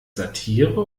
satire